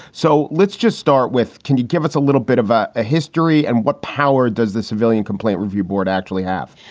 so let's just start with. can you give us a little bit of ah a history? and what power does the civilian complaint review board actually have?